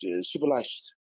civilized